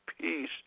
peace